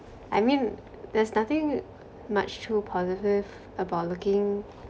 I mean there's nothing much too positive about looking